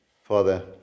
Father